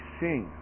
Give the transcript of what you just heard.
sing